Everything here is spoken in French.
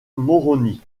moroni